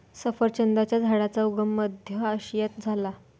सफरचंदाच्या झाडाचा उगम मध्य आशियात झाला